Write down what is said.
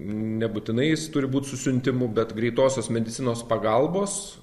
nebūtinai jis turi būt su siuntimu bet greitosios medicinos pagalbos